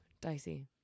dicey